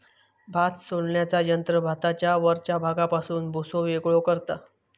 भात सोलण्याचा यंत्र भाताच्या वरच्या भागापासून भुसो वेगळो करता